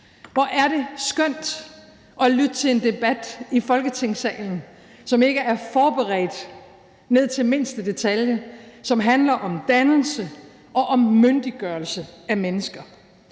Hvor er det skønt at lytte til en debat i Folketingssalen, som ikke er forberedt ned til mindste detalje, og som handler om dannelse og om myndiggørelse af mennesker.